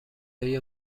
های